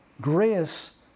grace